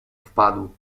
wpadł